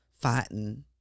fighting